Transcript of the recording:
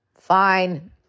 fine